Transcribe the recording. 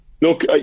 look